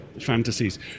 fantasies